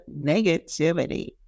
negativity